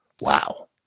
Wow